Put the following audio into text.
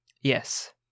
Yes